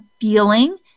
feeling